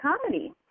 comedy